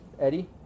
Eddie